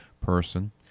person